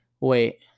Wait